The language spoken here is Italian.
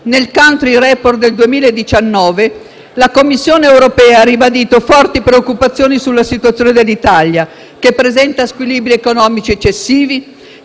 Nel *Country Report* del 2019, la Commissione europea ha ribadito forti preoccupazioni sulla situazione dell'Italia, la quale presenta squilibri economici eccessivi